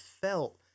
felt